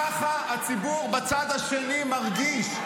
ככה הציבור בצד השני מרגיש.